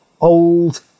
old